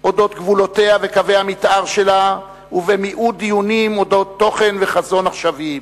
על גבולותיה וקווי המיתאר שלה ובמיעוט דיונים על תוכן וחזון עכשוויים.